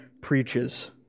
preaches